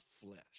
flesh